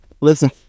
listen